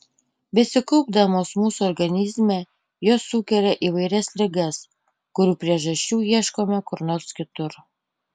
besikaupdamos mūsų organizme jos sukelia įvairias ligas kurių priežasčių ieškome kur nors kitur